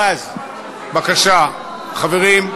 אחרון הדוברים,